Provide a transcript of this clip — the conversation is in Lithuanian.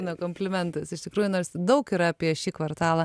na komplimentas iš tikrųjų nors daug yra apie šį kvartalą